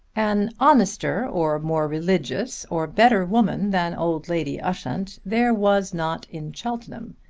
an honester or more religious or better woman than old lady ushant there was not in cheltenham,